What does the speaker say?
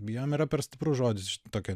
bijom yra per stiprus žodis tokia